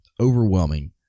overwhelming